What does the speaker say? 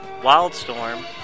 Wildstorm